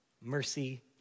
Mercy